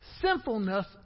Sinfulness